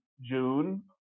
June